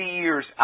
years